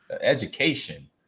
education